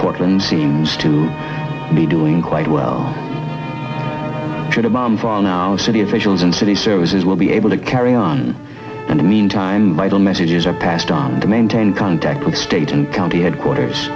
portland seems to be doing quite well should a bomb fall now city officials and city services will be able to carry on and meantime vital messages are passed on to maintain contact with state and county headquarters